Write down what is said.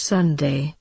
Sunday